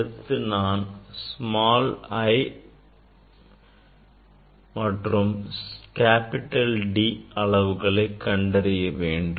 அடுத்து நாம் small l and capital D அளவுகளை கண்டறிய வேண்டும்